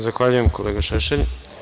Zahvaljujem, kolega Šešelj.